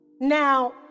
Now